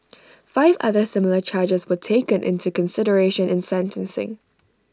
five other similar charges were taken into consideration in sentencing